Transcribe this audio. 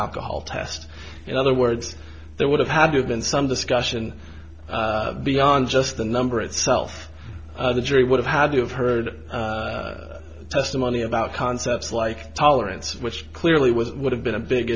alcohol test in other words there would have had to have been some discussion beyond just the number itself the jury would have had to have heard testimony about concepts like tolerance which clearly was would have been a big